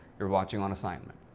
you're watching on assignment.